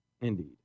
indeed